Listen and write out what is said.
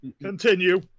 Continue